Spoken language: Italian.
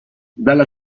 dalla